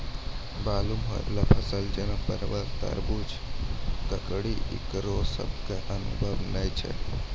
बालू मे होय वाला फसल जैना परबल, तरबूज, ककड़ी ईकरो सब के अनुभव नेय छै?